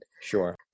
Sure